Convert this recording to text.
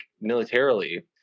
militarily